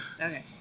Okay